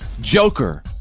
Joker